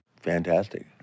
Fantastic